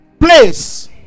place